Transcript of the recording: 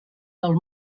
del